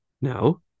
No